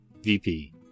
VP